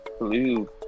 Blue